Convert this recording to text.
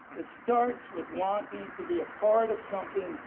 it starts with wanting to be a part of something